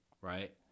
right